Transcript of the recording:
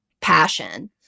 passion